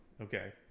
okay